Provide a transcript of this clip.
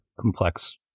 complex